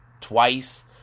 twice